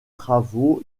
travaux